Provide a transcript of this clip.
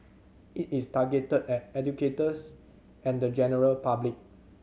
it is targeted at educators and the general public